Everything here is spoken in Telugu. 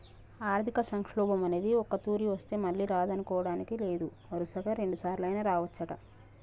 ఆర్థిక సంక్షోభం అనేది ఒక్కతూరి వస్తే మళ్ళీ రాదనుకోడానికి లేదు వరుసగా రెండుసార్లైనా రావచ్చంట